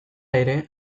ere